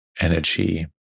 energy